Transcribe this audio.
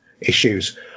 issues